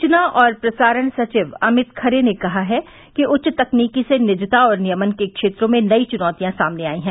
सूचना और प्रसारण सचिव अमित खरे ने कहा है कि उन्नत तकनीकी से निजता और नियमन के क्षेत्रों में नई चुनौतियां सामने आई हैं